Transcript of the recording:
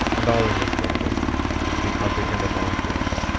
and all understanding he comprehendeth all things,